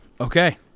Okay